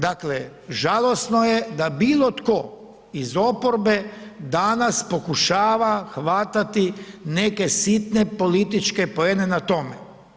Dakle žalosno je da bilo tko iz oporbe danas pokušava hvatati neke sitne političke poene na tome.